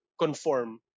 conform